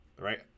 right